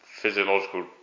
physiological